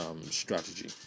strategy